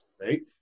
right